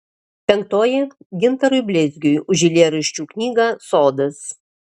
penktoji gintarui bleizgiui už eilėraščių knygą sodas